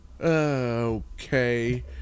Okay